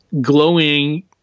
glowing